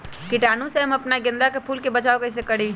कीटाणु से हम अपना गेंदा फूल के बचाओ कई से करी?